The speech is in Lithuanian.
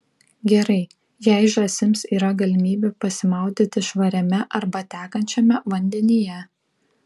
gerai jei žąsims yra galimybė pasimaudyti švariame arba tekančiame vandenyje